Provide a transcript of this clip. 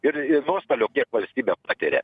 ir ir nuostolių kiek valstybė patiria